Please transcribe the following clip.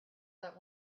that